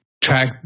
track